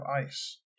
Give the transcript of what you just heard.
ice